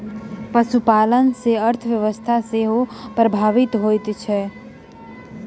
पशुपालन सॅ अर्थव्यवस्था सेहो प्रभावित होइत छै